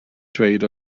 dweud